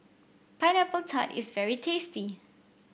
Pineapple Tart is very tasty